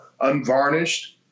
unvarnished